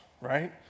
right